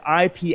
IP